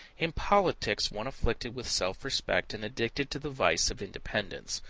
in politics one afflicted with self-respect and addicted to the vice of independence.